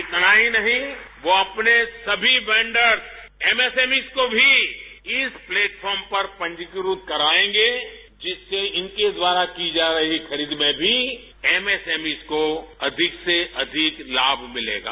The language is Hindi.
इतना ही नहीं वह अपने सभी वेंडर्स एमएसएमई को भी इस प्लेटफॉर्म पर पंजीकृत कराएंगे जिससे इनके द्वारा की जा रही खरीद में भी एम एसएमई को अधिक से अधिक लाभ मिलेगा